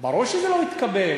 ברור שזה לא התקבל,